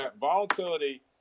Volatility